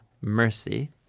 mercy